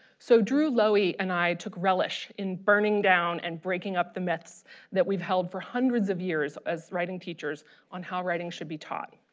so drew loewe and i took relish in burning down and breaking up the myths that we've held for hundreds of years as writing teachers on how writing should be taught.